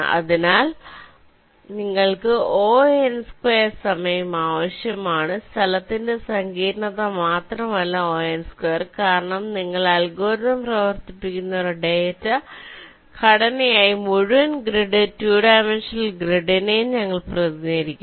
അതിനാൽ നിങ്ങൾക്ക് Ο സമയം ആവശ്യമാണ് സ്ഥലത്തിന്റെ സങ്കീർണ്ണത മാത്രമല്ല Ο കാരണം നിങ്ങൾ അൽഗോരിതം പ്രവർത്തിപ്പിക്കുന്ന ഒരു ഡാറ്റ ഘടനയായി മുഴുവൻ ഗ്രിഡ് 2 ഡൈമൻഷണൽ ഗ്രിഡിനെയും ഞങ്ങൾ പ്രതിനിധീകരിക്കുന്നു